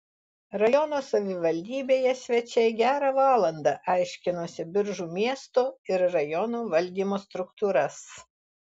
rajono savivaldybėje svečiai gerą valandą aiškinosi biržų miesto ir rajono valdymo struktūras